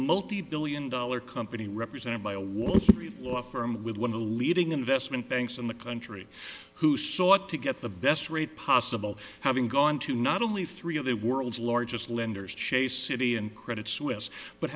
multi billion dollar company represented by a wall law firm with one of the leading investment banks in the country who sought to get the best rate possible having gone to not only three of the world's largest lenders chase city and credit suisse but